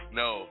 no